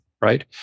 right